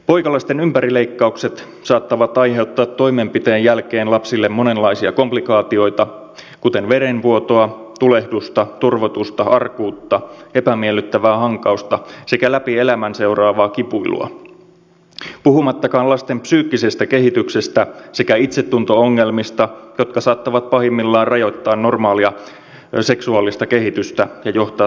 poikalasten ympärileikkaukset saattavat aiheuttaa toimenpiteen jälkeen lapsille monenlaisia komplikaatiota kuten verenvuotoa tulehdusta turvotusta arkuutta epämiellyttävää hankausta sekä läpi elämän seuraavaa kipuilua puhumattakaan lasten psyykkisestä kehityksestä sekä itsetunto ongelmista jotka saattavat pahimmillaan rajoittaa normaalia seksuaalista kehitystä ja johtaa sukupuolikontaktin välttelyyn